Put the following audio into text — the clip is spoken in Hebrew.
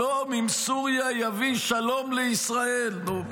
"שלום עם סוריה יביא שלום לישראל" נו,